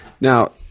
Now